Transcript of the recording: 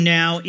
now